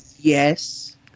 Yes